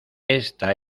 esta